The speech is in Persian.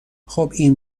خوب، این